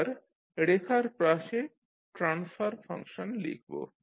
এবার রেখার পাশে ট্রান্সফার ফাংশন লিখব